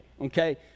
okay